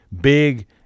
big